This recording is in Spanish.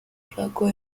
flaco